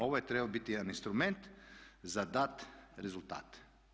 Ovo je trebao biti jedan instrument za dati rezultat.